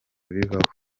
bibaho